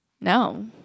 No